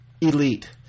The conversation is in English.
elite